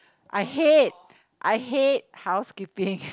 I hate I hate housekeeping